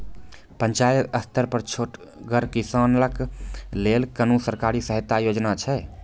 पंचायत स्तर पर छोटगर किसानक लेल कुनू सरकारी सहायता योजना छै?